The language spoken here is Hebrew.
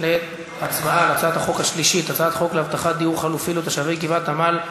את הצעת חוק להבטחת דיור חלופי לתושבי גבעת-עמל,